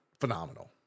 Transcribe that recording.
phenomenal